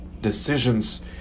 Decisions